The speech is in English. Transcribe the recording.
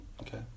okay